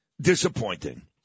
disappointing